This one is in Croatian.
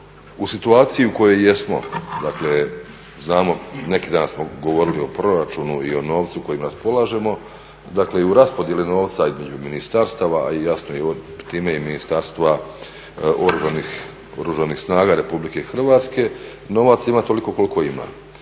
u situaciji u kojoj jesmo dakle znamo, neki dan smo govorili o proračunu i o novcu kojim raspolažemo, dakle i u raspodjeli novca između ministarstava, jasno time i Ministarstva Oružanih snaga Republike Hrvatske novaca ima toliko koliko ima.